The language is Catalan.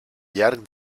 llarg